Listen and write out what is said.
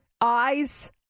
eyes